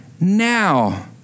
Now